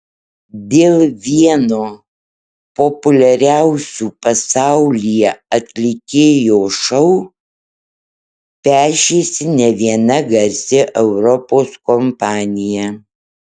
dėl vieno populiariausių pasaulyje atlikėjo šou pešėsi ne viena garsi europos kompanija